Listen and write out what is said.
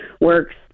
works